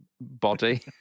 body